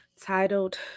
titled